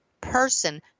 person